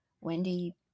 Wendy